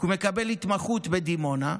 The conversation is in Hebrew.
כי הוא מקבל התמחות בדימונה.